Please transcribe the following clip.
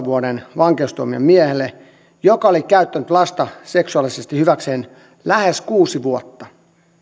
vuoden vankeustuomion miehelle joka oli käyttänyt lasta seksuaalisesti hyväkseen lähes kuusi vuotta